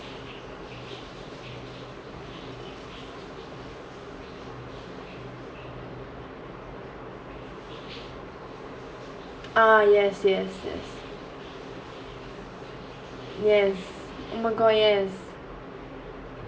ah yes yes yes yes oh my god yes